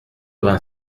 vingt